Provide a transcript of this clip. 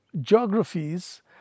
geographies